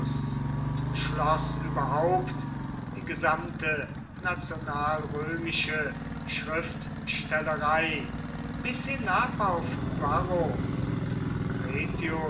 und schloß überhaupt die gesamte nationalrömische schriftstellerei bis hinab auf varro und